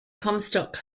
comstock